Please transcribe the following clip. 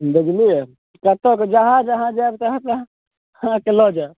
लगले अहीं तबतक जहाँ जहाँ जायब तहाँ तहाँ अहाँके लऽ जायब